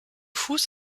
fuß